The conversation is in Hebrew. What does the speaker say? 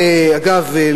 אגב,